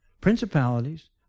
Principalities